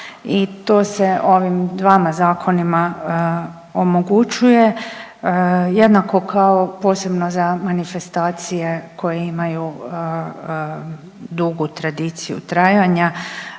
i to se ovim dvama zakonima omogućuje, jednako kao posebno za manifestacije koje imaju dugu tradiciju trajanja.